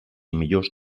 millors